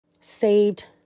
Saved